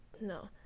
no